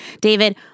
David